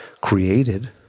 created